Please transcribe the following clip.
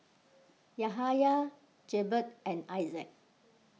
Yahaya Jebat and Aizat